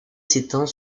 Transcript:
s’étend